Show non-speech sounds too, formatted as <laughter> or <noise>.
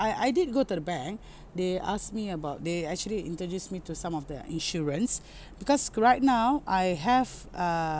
I I did go to the bank <breath> they asked me about they actually introduce me to some of their insurance because right now I have err